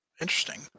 interesting